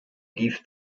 lief